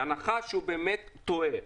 בהנחה שהוא באמת טועה,